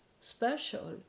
special